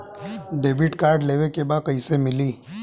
Debit card लेवे के बा कईसे मिली?